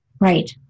Right